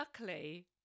luckily